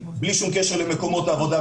בלי שום קשר למקומות העבודה,